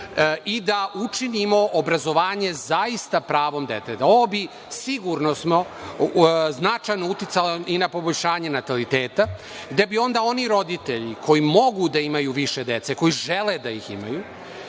i da učinimo obrazovanje zaista pravom deteta. Ovo bi sigurno značajno uticalo i na poboljšanje nataliteta, gde bi onda oni roditelji koji mogu da imaju više dece, koji žele da ih imaju,